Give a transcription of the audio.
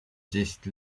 десять